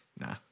Nah